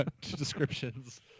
descriptions